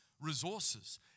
resources